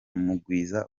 mugwiza